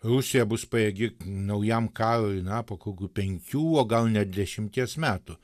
rusija bus pajėgi naujam karui na po kokių penkių o gal net dešimties metų